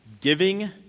giving